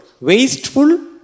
wasteful